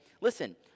listen